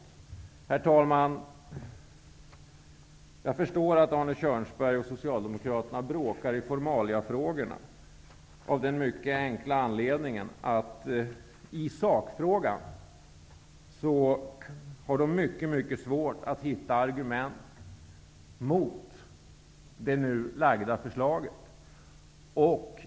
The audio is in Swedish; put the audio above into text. Herr talman! Jag förstår att Arne Kjörnsberg och Socialdemokraterna bråkar i formaliafrågorna av den mycket enkla anledningen att de i sakfrågan har mycket svårt att hitta argument mot det nu framlagda förslaget.